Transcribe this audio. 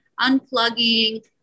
unplugging